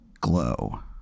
glow